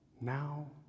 now